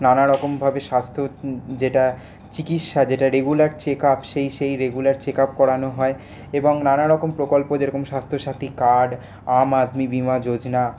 নানারকমভাবে স্বাস্থ্য যেটা চিকিৎসা যেটা রেগুলার চেকআপ সেই সেই রেগুলার চেকআপ করানো হয় এবং নানারকম প্রকল্প যেরকম স্বাস্থ্যসাথি কার্ড আম আদমি বীমা যোজনা